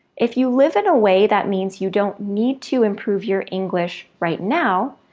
if you live in a way that means you don't need to improve your english right now,